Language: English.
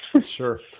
Sure